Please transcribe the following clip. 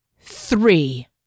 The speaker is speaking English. three